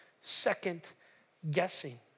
second-guessing